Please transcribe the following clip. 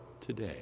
today